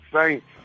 Saints